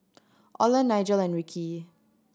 Oland Nigel and Ricky